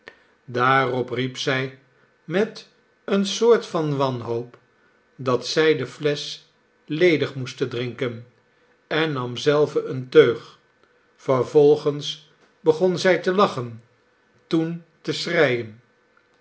daarop riep zij met eene soort van wanhoop dat zij de flesch ledig moesten drinken en nam zelve eene teug vervolgens begon zij te lachen toen te schreien